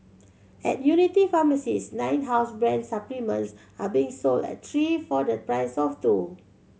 at Unity pharmacies nine house brand supplements are being sold at three for the price of two